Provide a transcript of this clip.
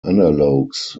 analogues